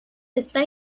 está